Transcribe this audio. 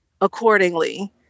accordingly